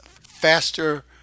faster